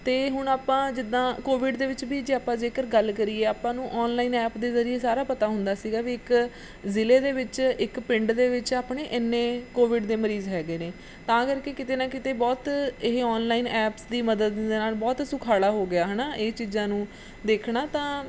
ਅਤੇ ਹੁਣ ਆਪਾਂ ਜਿੱਦਾਂ ਕੋਵਿਡ ਦੇ ਵਿੱਚ ਵੀ ਜੇ ਆਪਾਂ ਜੇਕਰ ਗੱਲ ਕਰੀਏ ਆਪਾਂ ਨੂੰ ਆਨਲਾਈਨ ਐਪ ਦੇ ਜ਼ਰੀਏ ਸਾਰਾ ਪਤਾ ਹੁੰਦਾ ਸੀਗਾ ਵੀ ਇੱਕ ਜ਼ਿਲ੍ਹੇ ਦੇ ਵਿੱਚ ਇੱਕ ਪਿੰਡ ਦੇ ਵਿੱਚ ਆਪਣੇ ਇੰਨੇ ਕੋਵਿਡ ਦੇ ਮਰੀਜ਼ ਹੈਗੇ ਨੇ ਤਾਂ ਕਰਕੇ ਕਿਤੇ ਨਾ ਕਿਤੇ ਬਹੁਤ ਇਹ ਆਨਲਾਈਨ ਐਪਸ ਦੀ ਮਦਦ ਦੇ ਨਾਲ ਬਹੁਤ ਸੁਖਾਲਾ ਹੋ ਗਿਆ ਹੈ ਨਾ ਇਹ ਚੀਜ਼ਾਂ ਨੂੰ ਦੇਖਣਾ ਤਾਂ